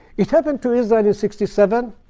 it happened to israel in sixty seven.